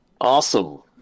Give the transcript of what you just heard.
Awesome